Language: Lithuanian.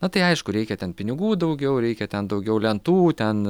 na tai aišku reikia ten pinigų daugiau reikia ten daugiau lentų ten